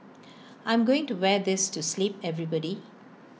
I'm going to wear this to sleep everybody